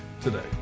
today